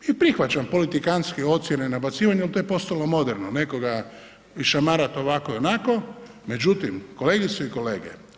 I prihvaćam politikantski ocjene, nabacivanje, ali to je postalo moderno, nekoga išamarati ovako i onako, međutim, kolegice i kolege.